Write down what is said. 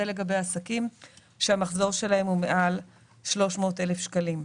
זה לגבי עסקים שהמחזור שלהם הוא מעל 300 אלף שקלים.